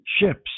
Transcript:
ships